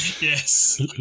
Yes